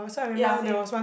ya same